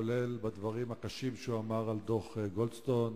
כולל הדברים הקשים שהוא אמר על דוח גולדסטון.